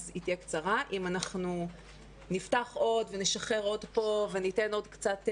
אז היא תהיה קצרה; אם אנחנו נפתח עוד ונשחרר עוד פה וניתן עוד קצת,